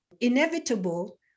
inevitable